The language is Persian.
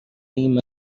این